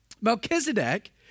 Melchizedek